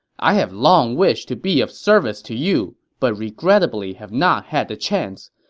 i have long wished to be of service to you, but regrettably have not had the chance.